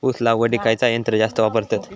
ऊस लावडीक खयचा यंत्र जास्त वापरतत?